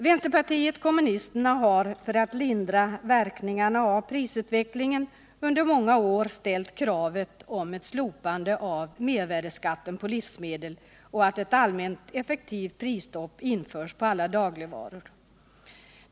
Vänsterpartiet kommunisterna har för att lindra verkningarna av prisutvecklingen under många år ställt krav på ett slopande av mervärdeskatten på livsmedel och ett allmänt effektivt prisstopp på alla dagligvaror.